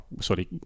Sorry